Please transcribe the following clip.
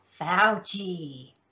Fauci